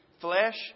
flesh